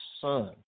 son